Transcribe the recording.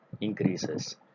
increases